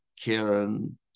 Karen